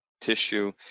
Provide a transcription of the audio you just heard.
tissue